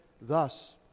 Thus